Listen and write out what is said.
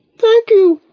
thank you!